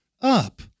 up